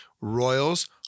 Royals